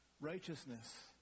Righteousness